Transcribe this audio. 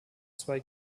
zwei